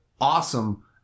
awesome